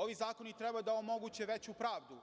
Ovi zakoni treba da omoguće veću pravdu